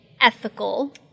ethical